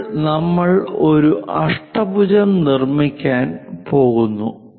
ഇപ്പോൾ നമ്മൾ ഒരു അഷ്ടഭുജം നിർമ്മിക്കാൻ പോകുന്നു